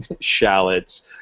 shallots